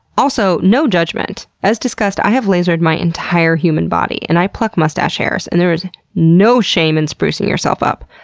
also, no judgement! as discussed, i have lasered my entire human body and i pluck mustache hairs and there is no shame in sprucing yourself up.